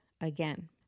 again